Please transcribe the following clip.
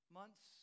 months